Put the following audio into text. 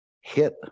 hit